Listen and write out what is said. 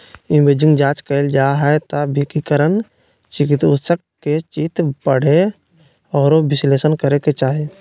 imaging जांच कइल जा हइ त विकिरण चिकित्सक के चित्र पढ़े औरो विश्लेषण करे के चाही